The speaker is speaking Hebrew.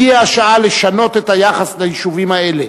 הגיעה השעה לשנות את היחס ליישובים האלה